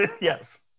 yes